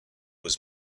was